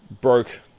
broke